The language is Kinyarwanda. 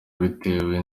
bitewe